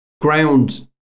ground